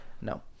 No